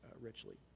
richly